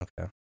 Okay